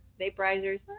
Vaporizers